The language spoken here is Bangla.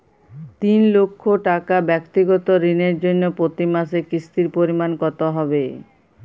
তিন লক্ষ টাকা ব্যাক্তিগত ঋণের জন্য প্রতি মাসে কিস্তির পরিমাণ কত হবে?